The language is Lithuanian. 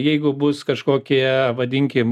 jeigu bus kažkokie vadinkim